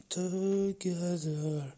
together